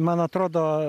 man atrodo